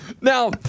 Now